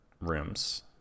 rooms